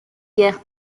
guerre